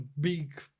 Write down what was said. big